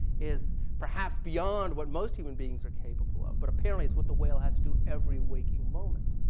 is perhaps beyond what most human beings are capable of, but apparently, it's what the whale has to do every waking moment.